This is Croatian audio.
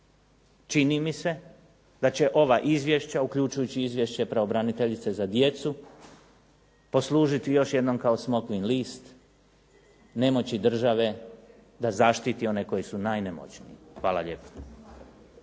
Čini mi se da će ova izvješća uključujući izvješće pravobraniteljice za djecu poslužiti još jednom kao smokvin list nemoći države da zaštiti one koji su najnemoćniji. Hvala lijepa.